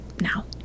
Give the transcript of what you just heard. now